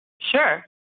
Sure